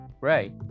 Right